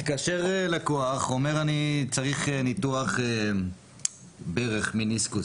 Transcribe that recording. מתקשר לקוח, אומר אני צריך ניתוח ברך, מניסקוס.